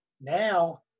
now